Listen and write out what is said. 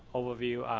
overview.